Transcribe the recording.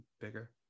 bigger